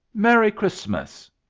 merry christmas!